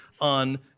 on